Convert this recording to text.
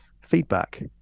feedback